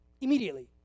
Immediately